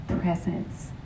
presence